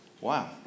Wow